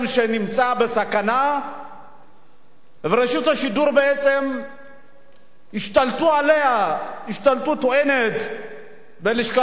שנמצא בסכנה ורשות השידור שבעצם השתלטו עליה השתלטות עוינת בלשכת